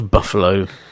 Buffalo